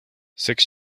six